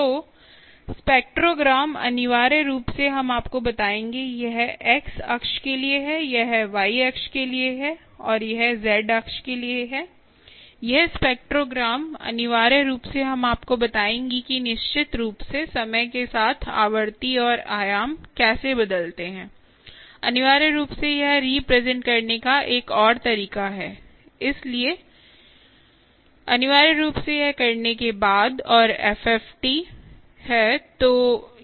तो स्पेक्ट्रोग्राम अनिवार्य रूप से हम आपको बताएंगे यह x अक्ष के लिए है यह y अक्ष के लिए है और यह z अक्ष के लिए है यह स्पेक्ट्रोग्राम अनिवार्य रूप से हम आपको बताएंगे कि निश्चित रूप से समय के साथ आवृत्ति और आयाम कैसे बदलते हैं अनिवार्य रूप से यह रिप्रेजेंट करने का एक और तरीका है इसलिए अनिवार्य रूप से यह करने के बाद और एफएफटी है